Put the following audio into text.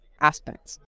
aspects